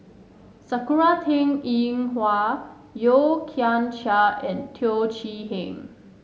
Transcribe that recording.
Sakura Teng Ying Hua Yeo Kian Chai and Teo Chee Hean